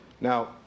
Now